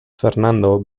fernando